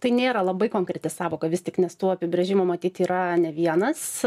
tai nėra labai konkreti sąvoka vis tik nes tų apibrėžimų matyt yra ne vienas